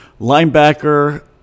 Linebacker